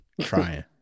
Trying